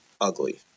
ugly